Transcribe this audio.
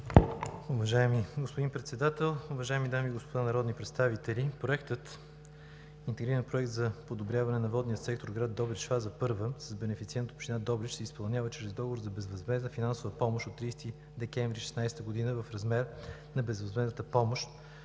Уважаеми господин Председател, уважаеми дами и господа народни представители! Проектът „Интегриран проект за подобряване на водния сектор в град Добрич – фаза 1“ с бенефициент община Добрич се изпълнява чрез Договор за безвъзмездна финансова помощ от 30 декември 2016 г. в размер на безвъзмездната помощ